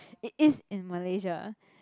it is in Malaysia